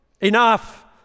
enough